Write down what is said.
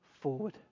forward